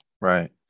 Right